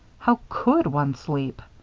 how could one sleep!